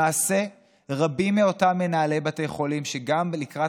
למעשה רבים מאותם מנהלי בתי חולים שגם לקראת